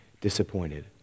Disappointed